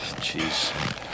Jeez